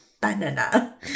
banana